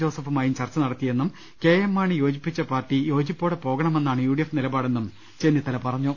ജോസഫുമായും ചർച്ച നടത്തിയെന്നും K M Mani യോജിപ്പിച്ച പാർട്ടി യോജിപ്പോടെ പോകണമെന്നാണ് യു ഡി എഫ് നിലപാടെന്നും ചെന്നിത്തല പറഞ്ഞു